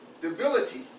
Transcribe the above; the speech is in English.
Debility